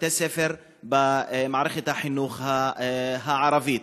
בבתי-ספר במערכת החינוך הערבית.